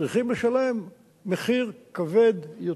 צריכים לשלם מחיר כבד יותר.